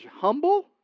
humble